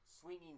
swinging